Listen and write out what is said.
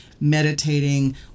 meditating